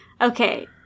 Okay